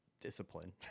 discipline